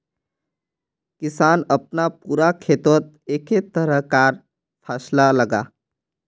किसान अपना पूरा खेतोत एके तरह कार फासला लगाः